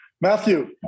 Matthew